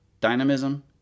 dynamism